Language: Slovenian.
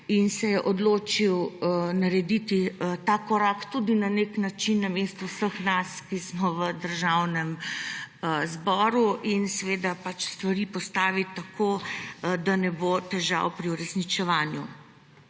in se je odločil narediti ta korak tudi na nek način namesto vseh nas, ki smo v Državnem zboru, in stvari postaviti tako, da ne bo težav pri uresničevanju.